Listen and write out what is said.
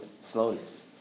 slowness